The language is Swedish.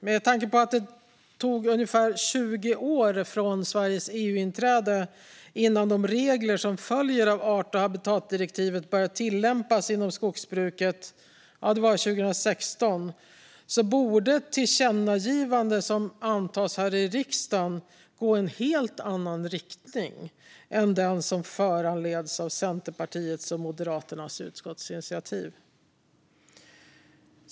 Med tanke på att det tog ungefär 20 år från Sveriges EU-inträde tills de regler som följer av art och habitatdirektivet började tillämpas inom skogsbruket, år 2016, borde tillkännagivanden från riksdagen gå i en helt annan riktning än den som föranletts av Centerpartiets och Moderaternas utskottsinitiativ.